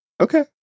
Okay